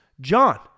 John